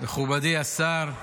מכובדי השר,